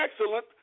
excellent